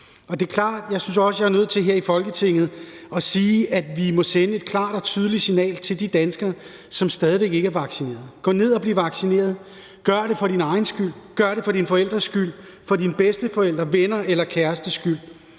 jeg her i Folketinget er nødt til at sige, at vi må sende et klart og tydeligt signal til de danskere, som stadig væk ikke er vaccineret: Gå ned og bliv vaccineret, gør det for din egen skyld, gør det for dine forældres skyld, for dine bedsteforældres skyld, for dine venners eller kærestes skyld.